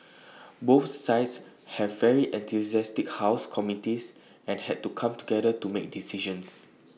both sides have very enthusiastic house committees and had to come together to make decisions